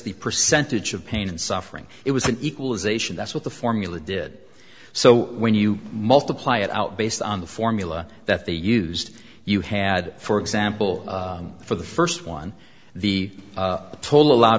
the percentage of pain and suffering it was an equalization that's what the formula did so when you multiply it out based on the formula that they used you had for example for the first one the total a lo